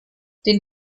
den